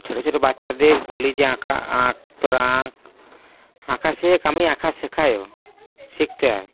ছোট ছোট বাচ্ছাদের বলি যে আঁকা আঁক তোরা আঁক আঁকা শেখ আমি আঁকা শেখাইও শিখতে আয়